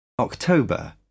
October